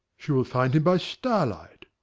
she will find him by starlight.